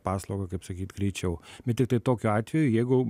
paslaugą kaip sakyt greičiau bet tiktai tokiu atveju jeigu